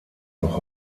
noch